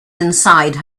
inside